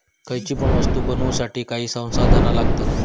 खयची पण वस्तु बनवुसाठी काही संसाधना लागतत